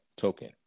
token